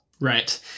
Right